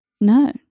no